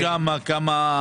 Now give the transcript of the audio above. כנראה.